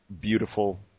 beautiful